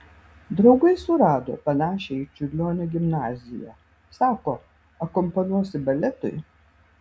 draugai surado panašią į čiurlionio gimnaziją sako akompanuosi baletui